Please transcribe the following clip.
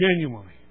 genuinely